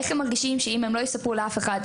איך שהם מרגישים שאם הם לא יספרו לאף אחד,